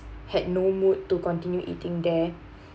had no mood to continue eating there